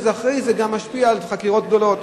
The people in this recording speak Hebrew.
וזה אחרי זה גם משפיע על חקירות גדולות.